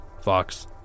Fox